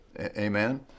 Amen